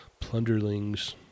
Plunderlings